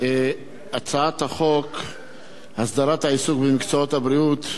הצעת חוק הסדרת העיסוק במקצועות הבריאות (תיקון,